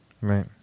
Right